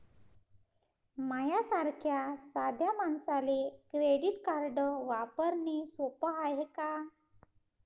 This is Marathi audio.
माह्या सारख्या साध्या मानसाले क्रेडिट कार्ड वापरने सोपं हाय का?